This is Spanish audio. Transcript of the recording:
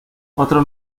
otros